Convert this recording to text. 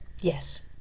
Yes